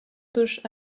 bush